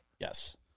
Yes